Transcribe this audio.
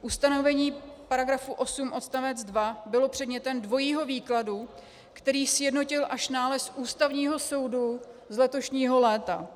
Ustanovení § 8 odst. 2 bylo předmětem dvojího výkladu, který sjednotil až nález Ústavního soudu z letošního léta.